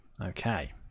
Okay